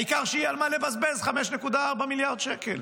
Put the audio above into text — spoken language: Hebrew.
העיקר שיהיה על מה לבזבז 5.4 מיליארד שקל.